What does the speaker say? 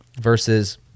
Versus